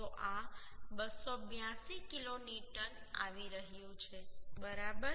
તો આ 282 કિલોન્યુટન આવી રહ્યું છે બરાબર